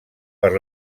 per